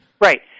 Right